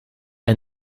ein